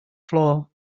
floor